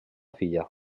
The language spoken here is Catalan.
filla